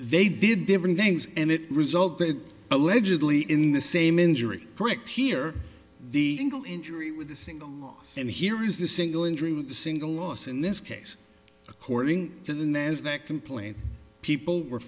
they did different things and it resulted allegedly in the same injury correct here the ingle injury with the single and here is the single injury with a single loss in this case according to the nasdaq complaint people were